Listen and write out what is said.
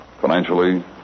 Financially